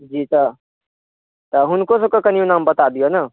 जी त हुनको सबहक कनी नाम बता दिअ ने